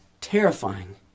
terrifying